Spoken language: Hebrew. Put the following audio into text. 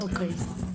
כן.